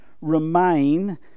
remain